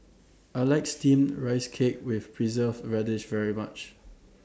I like Steamed Rice Cake with Preserved Radish very much